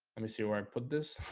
let me see where i put this